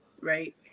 right